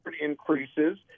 increases